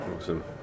Awesome